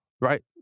right